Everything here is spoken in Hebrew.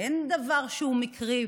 ואין דבר שהוא מקרי,